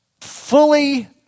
fully